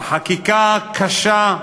בחקיקה קשה,